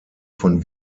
von